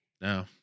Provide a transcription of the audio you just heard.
no